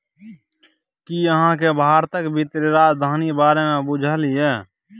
कि अहाँ केँ भारतक बित्तीय राजधानी बारे मे बुझल यै?